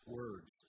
words